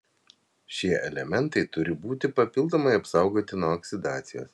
šie elementai turi būti papildomai apsaugoti nuo oksidacijos